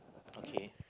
okay